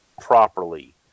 properly